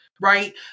Right